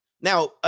Now